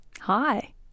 Hi